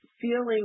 feeling